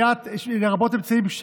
לרבות אמצעים,